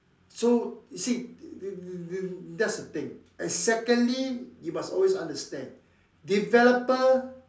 so you see th~ that's the thing and secondly you must always understand developer